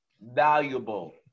Valuable